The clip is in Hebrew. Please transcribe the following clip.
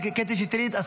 חברת הכנסת שטרית.